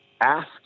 ask